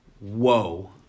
Whoa